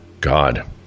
God